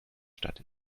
stadt